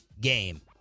game